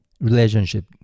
relationship